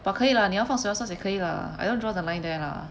but 可以啦你要放 soy sauce 也可以 lah I don't draw the line there lah